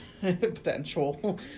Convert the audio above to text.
potential